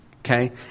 Okay